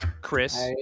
Chris